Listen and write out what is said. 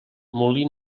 molí